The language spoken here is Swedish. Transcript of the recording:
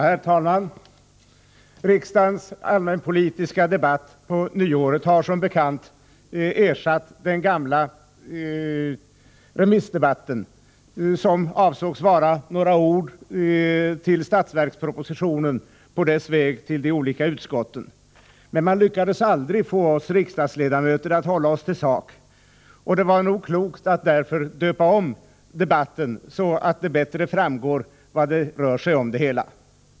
Herr talman! Riksdagens allmänpolitiska debatt på nyåret har som bekant ersatt den gamla remissdebatten, som avsågs vara några ord i anslutning till statsverkspropositionen på dess väg till de olika utskotten. Men man lyckades aldrig få oss riksdagsledamöter att hålla oss till sak, och det var nog klokt att döpa om debatten, så att det bättre framgår vad det hela rör sig om.